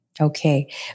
Okay